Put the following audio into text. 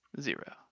zero